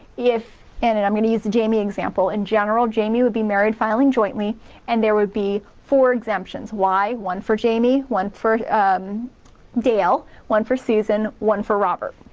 if, and and i'm gonna use the jamie example in general jamie would be married filing jointly and there will be four exemptions. why? one for jamie one for um dale, one for susan, one for robert.